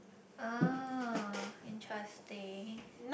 ah interesting